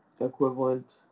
Equivalent